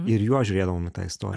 ir juo žiūrėdavom į tą istoriją